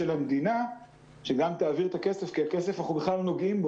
המדינה שגם תעביר את הכסף כי אנחנו בכלל לא נוגעים בכסף,